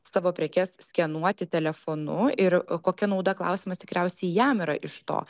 savo prekes skenuoti telefonu ir kokia nauda klausimas tikriausiai jam yra iš to